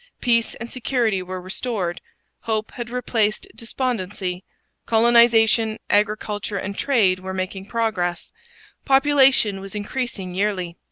peace and security were restored hope had replaced despondency colonization, agriculture, and trade were making progress population was increasing yearly.